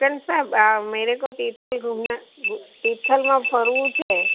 નીલકંઠ સાબ મેરેકો તિથલ ઘૂમના તીથલમાં ફરવું છે